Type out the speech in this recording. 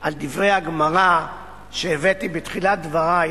על דברי הגמרא שהבאתי בתחילת דברי,